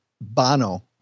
Bono